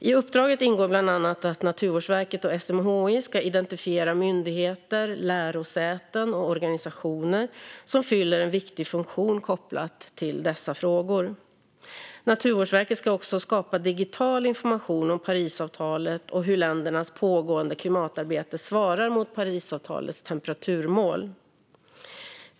I uppdraget ingår bland annat att Naturvårdsverket och SMHI ska identifiera myndigheter, lärosäten och organisationer som fyller en viktig funktion kopplat till dessa frågor. Naturvårdsverket ska också skapa digital information om Parisavtalet och hur ländernas pågående klimatarbete svarar mot Parisavtalets temperaturmål.